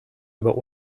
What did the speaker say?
über